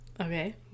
Okay